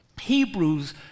Hebrews